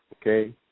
Okay